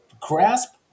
grasp